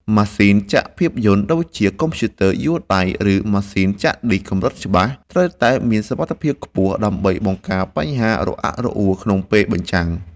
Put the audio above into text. ម៉ាស៊ីនចាក់ភាពយន្ត ដូចជាកុំព្យូទ័រយួរដៃ ឬម៉ាស៊ីនចាក់ឌីសកម្រិតច្បាស់ ត្រូវតែមានសមត្ថភាពខ្ពស់ ដើម្បីបង្ការបញ្ហារអាក់រអួលក្នុងពេលបញ្ចាំង។